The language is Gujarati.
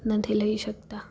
નથી લઈ શકતા